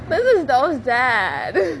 this is so sad